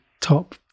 top